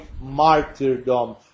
martyrdom